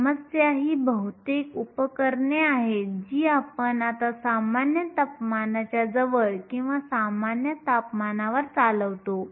समस्या ही बहुतेक उपकरणे आहेत जी आपण आता सामान्य तपमानाच्या जवळ किंवा सामान्य तापमानावर चालवतो